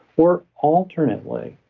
or alternately,